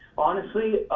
honestly,